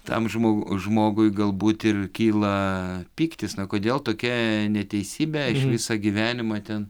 tam žmo žmogui galbūt ir kyla pyktis kodėl tokia neteisybė visą gyvenimą ten